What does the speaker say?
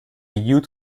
youth